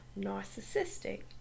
narcissistic